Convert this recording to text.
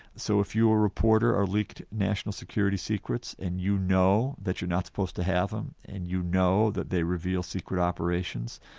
so if your reporter leaked national security secrets and you know that you're not supposed to have them, and you know that they reveal secret operations,